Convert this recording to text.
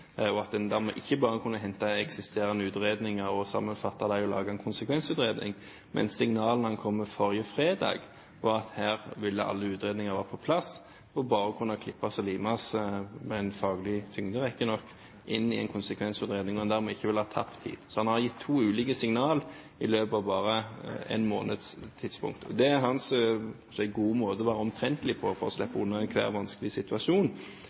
og at en dermed ikke bare kunne hente inn eksisterende utredninger, sammenfatte dem og lage en konsekvensutredning. Men signalene han kom med forrige fredag, var at her ville alle utredninger være på plass, de kunne bare klippes og limes, med en faglig tyngde riktignok, inn i en konsekvensutreding, og at en dermed ikke ville tape tid. Så han har gitt to ulike signaler i løpet av bare en måneds tid. Det er hans – la oss si – gode måte å være omtrentlig på for å slippe unna enhver vanskelig situasjon.